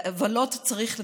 ועוולות צריך לתקן.